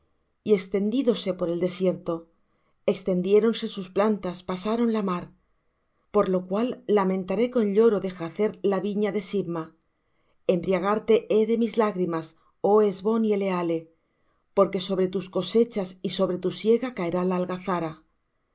y extendídose por el desierto extendiéronse sus plantas pasaron la mar por lo cual lamentaré con lloro de jazer la viña de sibma embriagarte hé de mis lágrimas oh hesbón y eleale porque sobre tus cosechas y sobre tu siega caerá la